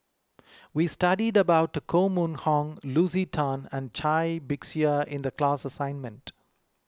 we studied about Koh Mun Hong Lucy Tan and Cai Bixia in the class assignment